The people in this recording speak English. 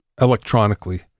electronically